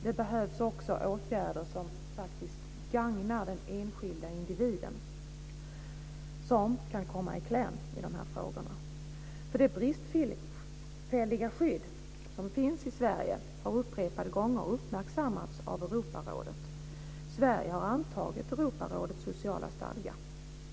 Det behövs också åtgärder som faktiskt gagnar den enskilde individen, som kan komma i kläm i de här frågorna. Det bristfälliga skydd som finns i Sverige har upprepade gånger uppmärksammats av Europarådet. Sverige har antagit Europarådets sociala stadga.